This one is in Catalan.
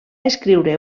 escriure